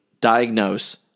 diagnose